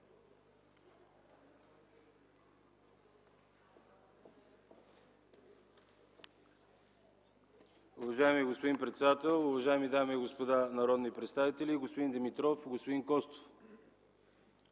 Уважаеми господин председател, уважаеми дами и господа народни представители, господин Димитров, господин Костов!